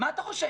מה אתה חושב,